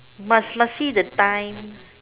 must must see the time